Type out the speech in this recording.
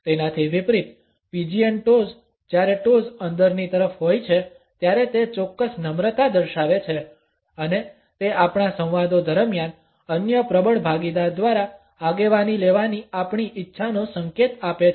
તેનાથી વિપરીત pigeon toes જ્યારે ટૉઝ અંદરની તરફ હોય છે ત્યારે તે ચોક્કસ નમ્રતા દર્શાવે છે અને તે આપણા સંવાદો દરમિયાન અન્ય પ્રબળ ભાગીદાર દ્વારા આગેવાની લેવાની આપણી ઈચ્છાનો સંકેત આપે છે